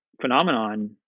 phenomenon